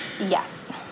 Yes